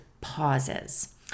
pauses